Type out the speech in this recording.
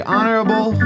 Honorable